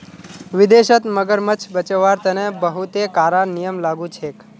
विदेशत मगरमच्छ बचव्वार तने बहुते कारा नियम लागू छेक